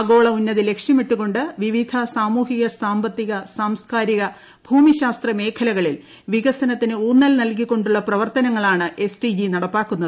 ആഗോള ഉന്നതി ലക്ഷ്യമിട്ടുകൊണ്ട് വിവിധ സാമൂഹിക സ്ലാമ്പത്തിക സാംസ്കാരിക ഭൂമിശാസ്ത്ര മേഖലകളിൽ വികസ്നത്തിന് ഉൌന്നൽ നൽകിക്കൊണ്ടുള്ള പ്രവർത്തനങ്ങളാണ് എസ് ഡി ജി നടപ്പാക്കുന്നത്